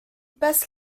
passe